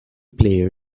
player